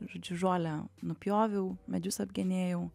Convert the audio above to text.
žodžiu žolę nupjoviau medžius apgenėjau